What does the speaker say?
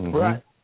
Right